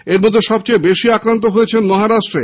এর মধ্যে সবচেয়ে বেশী আক্রান্ত হয়েছেন মহারাষ্ট্রে